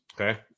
Okay